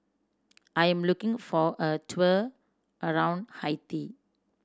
I am looking for a tour around Haiti